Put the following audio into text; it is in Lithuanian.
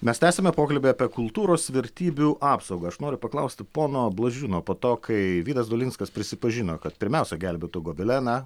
mes tęsiame pokalbį apie kultūros vertybių apsaugą aš noriu paklausti pono blažiūno po to kai vydas dolinskas prisipažino kad pirmiausia gelbėtų gobeleną